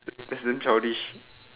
eh it's in childish